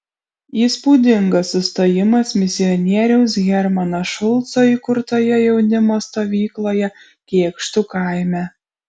įspūdingas sustojimas misionieriaus hermano šulco įkurtoje jaunimo stovykloje kėkštų kaime